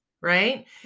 right